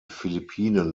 philippinen